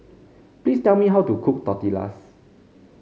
please tell me how to cook Tortillas